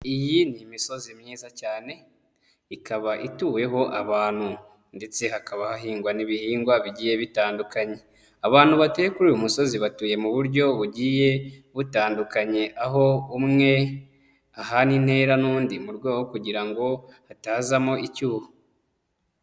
Iyi ni imisozi myiza cyane, ikaba ituweho abantu ndetse hakaba hahingwa n'ibihingwa bigiye bitandukanye, abantu batuye kuri uyu musozi batuye mu buryo bugiye butandukanye, aho umwe ahana intera n'undi mu rwego kugira ngo hatazamo icyuho.